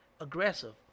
aggressive